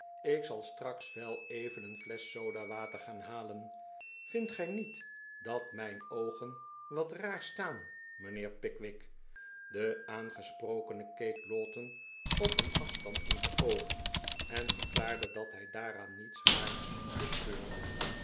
ik zal straks wel even een flesch sodawater gaan halen vindt gij niet dat mijn oogen wat raar staan mijnheer pickwick de aangesprokene keek lowten op een afstand in de oogen en verklaarde dat hij daaraan niets raars bespeurde